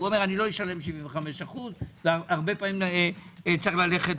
אומרים: לא אשלם 75%. הרבה פעמים צריך ללכת